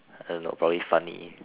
I don't know probably funny